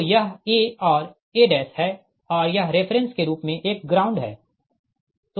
तो यह a और a है और यह रेफ़रेंस के रूप में एक ग्राउंड है